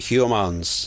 Humans